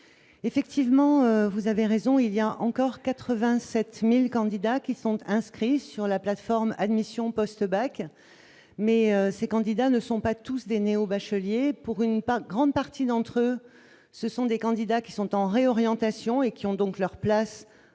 Effectivement, vous avez raison, il y a encore 87000 candidats qui sont inscrits sur la plateforme Admission post-bac, mais ces candidats ne sont pas tous des néo-bachelier pour une grande partie d'entre eux, ce sont des candidats qui sont en réorientation et qui ont donc leur place dans leur